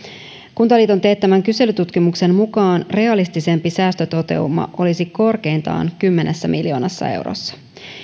kuntaliiton teettämän kyselytutkimuksen mukaan realistisempi säästötoteuma olisi korkeintaan kymmenessä miljoonassa eurossa